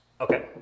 Okay